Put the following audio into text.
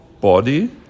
body